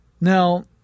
Now